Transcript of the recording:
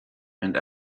and